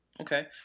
Okay